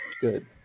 good